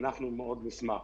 ממש צפופים.